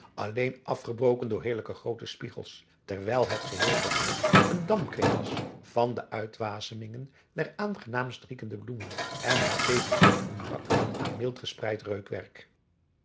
alleen afgebroken door heerlijke groote spiegels terwijl het geheel vertrek een dampkring was van de uitwasemingen der aangenaamst riekende bloemen en het tevens niet ontbrak aan mild gespreid reukwerk